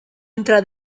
entra